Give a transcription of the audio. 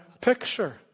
picture